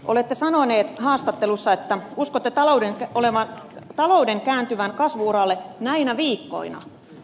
olette sanonut haastattelussa että uskotte talouden kääntyvän kasvu uralle näinä viikkoina